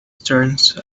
turns